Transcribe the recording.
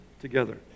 together